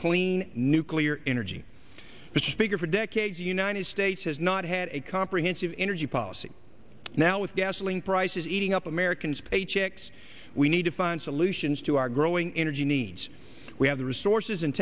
clean nuclear energy but speaker for decades united states has not had a comprehensive energy policy now with gasoline prices eating up americans paychecks we need to find solutions to our growing energy needs we have the resources and